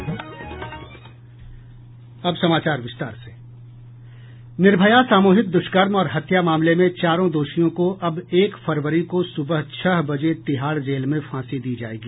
निर्भया सामूहिक दुष्कर्म और हत्या मामले में चारों दोषियों को अब एक फरवरी को सुबह छह बजे तिहाड़ जेल में फांसी दी जायेगी